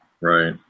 right